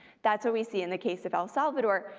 that's what we see in the case of el salvador,